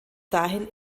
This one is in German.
dahin